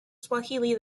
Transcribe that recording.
swahili